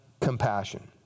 compassion